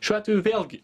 šiuo atveju vėlgi